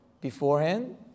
beforehand